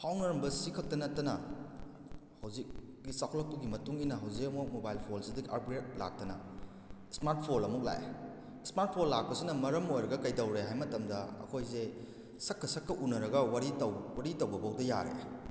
ꯐꯥꯎꯅꯔꯝꯕ ꯑꯁꯤ ꯈꯛꯇ ꯅꯠꯇꯇꯅ ꯍꯣꯖꯤꯛ ꯆꯥꯎꯈꯠꯂꯛꯄꯒꯤ ꯃꯇꯨꯡ ꯏꯟꯅ ꯍꯧꯖꯤꯛ ꯑꯃꯨꯛ ꯃꯣꯕꯥꯏꯜ ꯐꯣꯟꯁꯤꯗꯒꯤ ꯑꯞꯒ꯭ꯔꯦꯗ ꯂꯥꯛꯇꯅ ꯁ꯭ꯃꯥꯔꯠ ꯐꯣꯜ ꯑꯃꯨꯛ ꯂꯥꯛꯑꯦ ꯁ꯭ꯃꯥꯔꯠ ꯐꯣꯜ ꯂꯥꯛꯄꯁꯤꯅ ꯃꯔꯝ ꯑꯣꯏꯔꯒ ꯀꯩꯗꯧꯔꯦ ꯍꯥꯏꯕ ꯃꯇꯝꯗ ꯑꯩꯈꯣꯏꯁꯦ ꯁꯛꯀ ꯁꯛꯀ ꯎꯅꯔꯒ ꯋꯥꯔꯤ ꯇꯧꯕ ꯐꯥꯎꯗ ꯌꯥꯔꯛꯑꯦ